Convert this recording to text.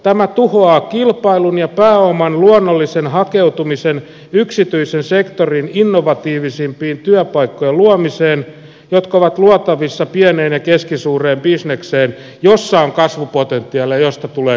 tämä tuhoaa kilpailun ja pääoman luonnollisen hakeutumisen yksityisen sektorin innovatiivisimpien työpaikkojen luomiseen jotka ovat luotavissa pieneen ja keskisuureen bisnekseen jossa on kasvupotentiaalia josta tulee kasvua